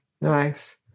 nice